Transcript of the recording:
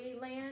land